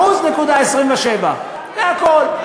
1.27%. זה הכול.